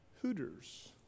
Hooters